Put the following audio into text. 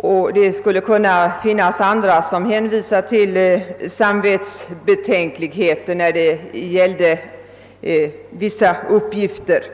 andra tjänstemän skulle kunna hänvisa till samvetsbetänkligheter beträffande vissa uppgifter.